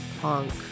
punk